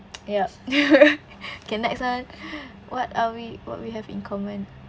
yup okay next [one] what are we what we have in common